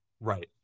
right